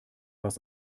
was